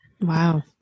Wow